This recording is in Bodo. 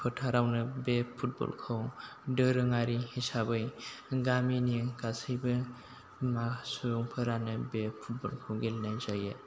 फोथारावनो बे फुटबलखौ दोरोङारि हिसाबै गामिनि गासैबो मा सुबुंफोरानो बे फुटबलखौ गेलेनाय जायो